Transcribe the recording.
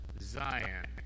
Zion